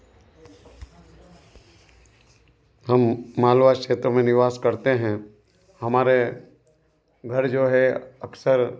हम मालवा क्षेत्र में निवास करते हैं हमारे घर जो है अक्सर